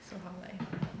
收好来